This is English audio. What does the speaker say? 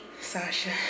Sasha